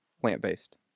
plant-based